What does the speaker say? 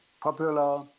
popular